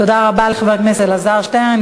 תודה רבה לחבר הכנסת אלעזר שטרן.